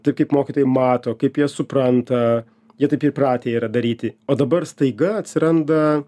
tai kaip mokytojai mato kaip jie supranta jie taip įpratę yra daryti o dabar staiga atsiranda